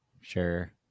sure